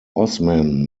osman